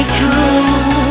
true